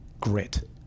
grit